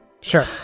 Sure